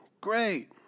Great